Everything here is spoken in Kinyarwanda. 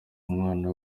umwana